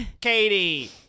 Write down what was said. katie